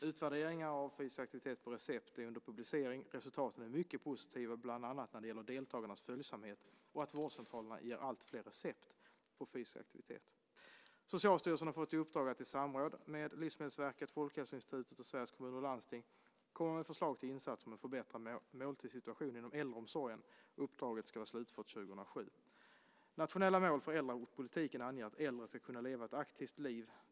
Utvärderingar av fysisk aktivitet på recept är under publicering, resultaten är mycket positiva bland annat när det gäller deltagarnas följsamhet och att vårdcentralerna ger alltfler recept på fysisk aktivitet. Socialstyrelsen har fått i uppdrag att i samråd med Livsmedelsverket, Folkhälsoinstitutet och Sveriges Kommuner och Landsting komma med förslag till insatser om en förbättrad måltidssituation inom äldreomsorgen. Uppdraget ska vara slutfört 2007. Nationella mål för äldrepolitiken anger att äldre ska kunna leva ett aktivt liv.